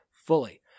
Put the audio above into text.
fully